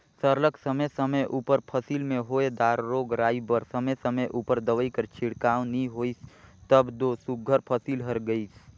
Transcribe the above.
सरलग समे समे उपर फसिल में होए दार रोग राई बर समे समे उपर दवई कर छिड़काव नी होइस तब दो सुग्घर फसिल हर गइस